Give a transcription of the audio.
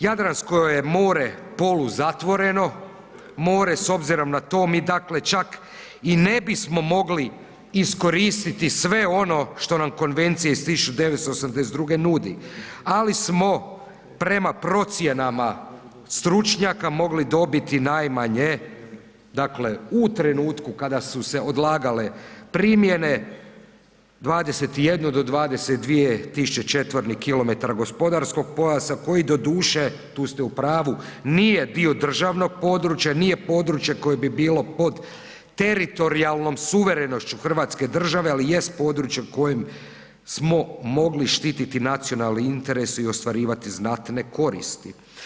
Jadransko je more poluzatvoreno more s obzirom na to mi dakle čak i ne bismo mogli iskoristiti sve ono što nam Konvencija iz 1982. nudi, ali smo prema procjenama stručnjaka mogli dobiti najmanje, dakle u trenutku kada su se odlagale primjene 21 do 22.000 četvornih kilometara gospodarskog pojasa koji doduše, tu ste u pravu, nije dio državnog područja, nije područje koje bi bilo pod teritorijalnom suverenošću Hrvatske države, ali jest područje kojem smo mogli štititi nacionalni interes i ostvarivati znatne koristi.